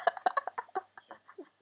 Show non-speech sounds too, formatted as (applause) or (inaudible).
(laughs)